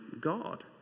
God